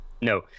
No